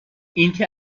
اینکه